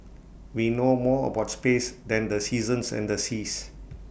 we know more about space than the seasons and the seas